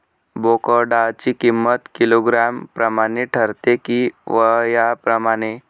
बोकडाची किंमत किलोग्रॅम प्रमाणे ठरते कि वयाप्रमाणे?